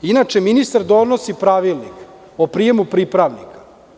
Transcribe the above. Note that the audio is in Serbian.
Inače, ministar donosi pravilnik o prijemu pripravnika.